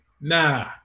nah